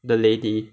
the lady